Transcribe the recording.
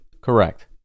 correct